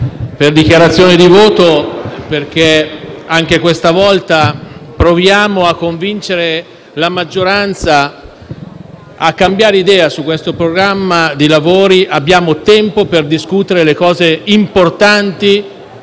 Signor Presidente, anche questa volta proviamo a convincere la maggioranza a cambiare idea su questo programma di lavori. Abbiamo tempo per discutere le cose importanti